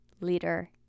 leader